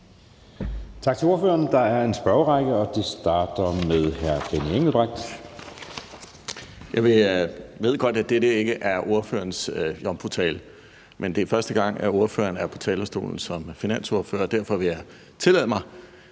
Tak til ordføreren. Der er en spørgerække, og den starter med hr. Benny Engelbrecht. Kl. 10:51 Benny Engelbrecht (S): Jeg ved godt, at dette ikke er ordførerens jomfrutale, men det er første gang, at ordføreren er på talerstolen som finansordfører, og derfor vil jeg tillade mig